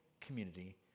community